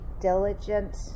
diligent